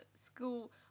school